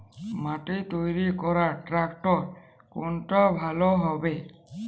মাটি তৈরি করার ট্রাক্টর কোনটা ভালো হবে?